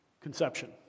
conception